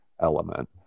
element